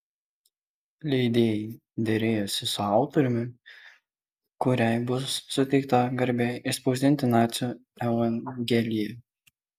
leidėjai derėjosi su autoriumi kuriai bus suteikta garbė išspausdinti nacių evangeliją